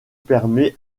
permet